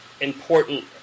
important